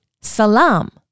salam